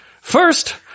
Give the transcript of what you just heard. First